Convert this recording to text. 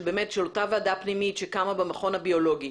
אותה ועדה פנימית שקמה במכון הביולוגי,